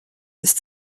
ist